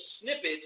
snippets